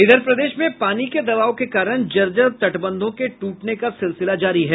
इधर प्रदेश में पानी के दबाव के कारण जर्जर तटबंधों के टूटने का सिलसिला जारी है